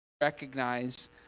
recognize